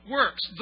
works